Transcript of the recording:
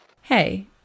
Hey